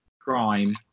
crime